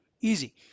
easy